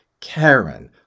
Karen